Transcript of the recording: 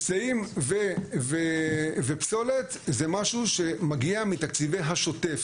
היסעים ופסולת זה משהו שמגיע מתקציבי השוטף.